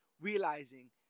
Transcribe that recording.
realizing